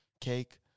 cake